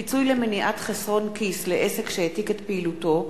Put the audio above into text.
(פיצוי למניעת חסרון כיס לעסק שהעתיק את פעילותו),